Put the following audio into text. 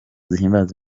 zihimbaza